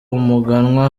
umuganwa